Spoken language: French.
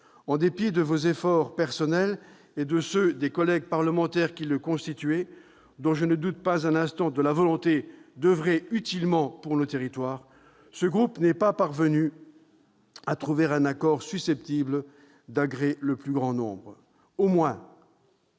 En dépit de vos efforts personnels et de ceux des collègues parlementaires qui le constituaient, dont je ne doute pas un instant de la volonté de travailler utilement pour nos territoires, ce groupe n'est pas parvenu à trouver un accord susceptible d'agréer le plus grand nombre. Au moins